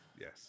Yes